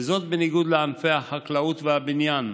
בניגוד לענפי החקלאות והבניין,